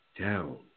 down